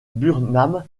burnham